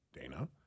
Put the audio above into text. Dana